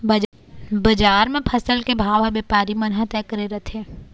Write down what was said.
बजार म फसल के भाव ह बेपारी मन ह तय करे रथें